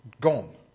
gone